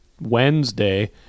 Wednesday